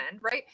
right